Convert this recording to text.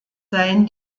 seien